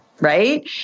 right